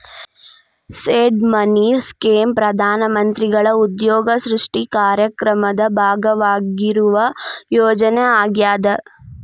seed money scheme ಪ್ರಧಾನ ಮಂತ್ರಿಗಳ ಉದ್ಯೋಗ ಸೃಷ್ಟಿ ಕಾರ್ಯಕ್ರಮದ ಭಾಗವಾಗಿರುವ ಯೋಜನೆ ಆಗ್ಯಾದ